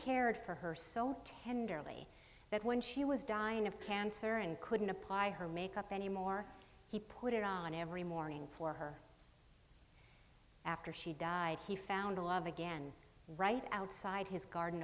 cared for her so tenderly that when she was dying of cancer and couldn't apply her make up anymore he put it on every morning for her after she died he found a love again right outside his garden